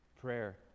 prayer